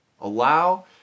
Allow